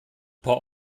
paar